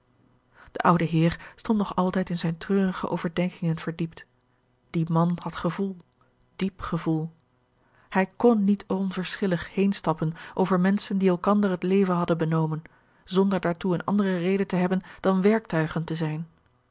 de oude heer stond nog altijd in zijne treurige overdenkingen verdiept die man had gevoel diep gevoel hij kon niet onverschillig heenstappen over menschen die elkander het leven hadden benomen zonder daartoe een andere reden te hebben dan werktuigen te zijn